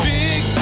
big